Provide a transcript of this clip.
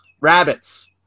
Rabbits